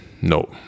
no